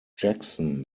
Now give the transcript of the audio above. jackson